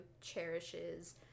cherishes